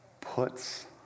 puts